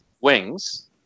wings